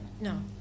No